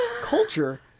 culture